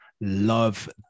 love